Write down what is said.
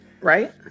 Right